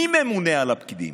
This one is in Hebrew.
מי ממונה על הפקידים?